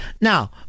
Now